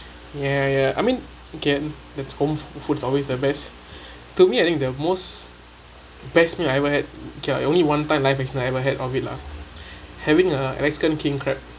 ya ya I mean getting that's home foods always the best to me I think the most best meal I ever had okay lah it only one life experience I ever had of it lah having a alaskan king crab